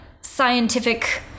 scientific